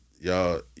Y'all